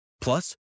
Plus